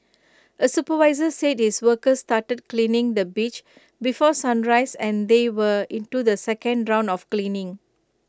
A supervisor said his workers started cleaning the beach before sunrise and they were into the second round of cleaning